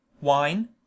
wine